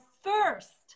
first